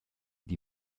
die